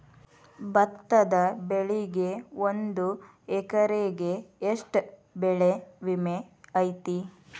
ಭತ್ತದ ಬೆಳಿಗೆ ಒಂದು ಎಕರೆಗೆ ಎಷ್ಟ ಬೆಳೆ ವಿಮೆ ಐತಿ?